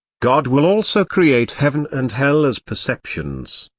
god will also create heaven and hell as perceptions.